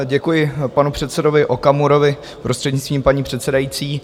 Děkuji panu předsedovi Okamurovi, prostřednictvím paní předsedající.